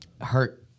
hurt